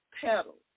petals